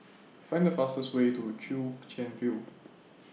Find The fastest Way to Chwee Chian View